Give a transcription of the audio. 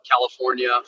California